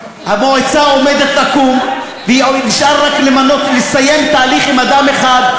המועצה עומדת לקום ונשאר רק לסיים תהליך עם אדם אחד.